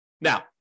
Now